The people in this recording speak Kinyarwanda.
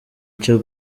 cyo